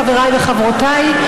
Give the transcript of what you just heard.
חבריי וחברותיי,